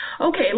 Okay